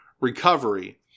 recovery